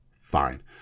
fine